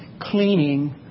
cleaning